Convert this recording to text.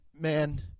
man